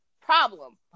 problem